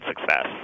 success